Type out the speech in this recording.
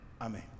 Amen